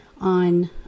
on